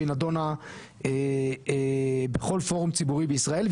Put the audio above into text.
והיא נדונה בכל פורום ציבורי בישראל,